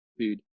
food